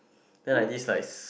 then like this likes